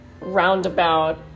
roundabout